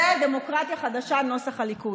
זו הדמוקרטיה החדשה נוסח הליכוד.